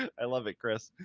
i love it, chris.